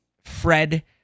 Fred